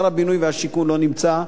שר הבינוי והשיכון לא נמצא,